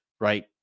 right